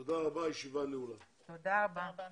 תודה רבה.